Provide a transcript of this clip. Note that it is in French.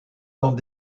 dans